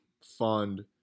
fund